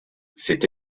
cette